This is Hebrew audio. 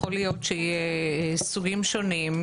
יכול להיות שיהיה סוגים שונים.